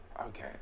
Okay